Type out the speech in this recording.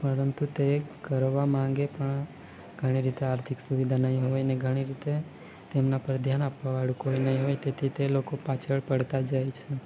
પરંતુ તે કરવા માંગે પણ ઘણી રીતે આર્થિક સુવિધા નહીં હોય ને ઘણી રીતે તેમના પર ધ્યાન આપવાવાળું કોઈ નહીં હોય તેથી તે લોકો પાછળ પડતા જાય છે